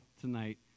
tonight